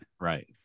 right